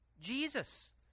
Jesus